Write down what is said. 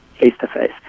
face-to-face